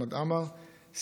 חמד עמאר,